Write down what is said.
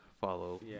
follow